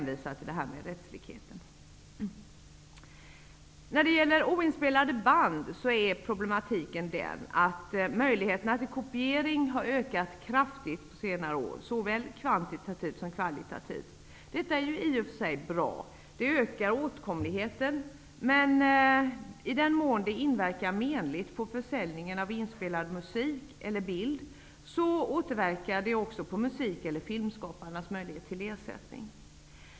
Beträffande oinspelade band är problematiken att möjligheterna till kopiering har ökat kraftigt på senare år, såväl kvantitativt som kvalitativt. Detta är i och för sig bra, det ökar åtkomligheten. Men i den mån det inverkar menligt på försäljningen av inspelad musik eller bild, återverkar det också på musik eller filmskaparnas möjlighet till ersättning.